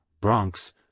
Bronx